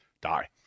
die